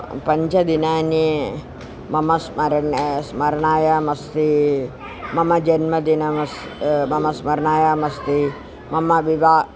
पञ्चदिनानि मम स्मरणे स्मरणायामस्ति मम जन्मदिनं मम स्मरणायामस्ति मम विवाहः